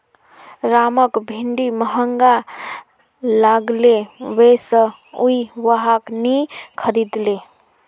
रामक भिंडी महंगा लागले वै स उइ वहाक नी खरीदले